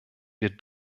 wir